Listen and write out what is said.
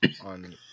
on